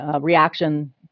reaction